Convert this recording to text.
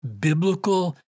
biblical